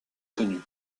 connu